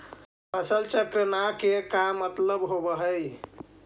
फसल चक्र न के का मतलब होब है?